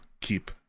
Keep